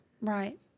Right